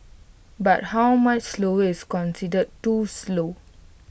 but how much slower is considered too slow